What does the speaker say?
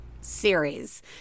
series